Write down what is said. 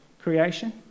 creation